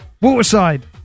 Waterside